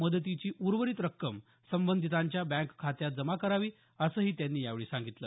मदतीची उर्वरित रक्कम संबंधितांच्या बँक खात्यात जमा करावी असंही त्यांनी यावेळी सांगितलं